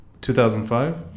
2005